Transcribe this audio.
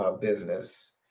business